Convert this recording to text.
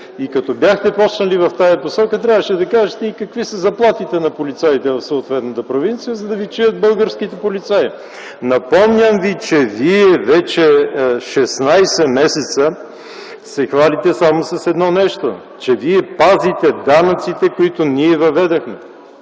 Като бяхте започнали в тази посока, трябваше да кажете какви са заплатите на полицаите в съответната провинция, за да ви чуят и българските полицаи. Напомням Ви, че вие вече 16 месеца се хвалите само с едно нещо – че пазите данъците, които ние въведохме.